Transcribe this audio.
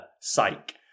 Psych